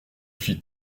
fit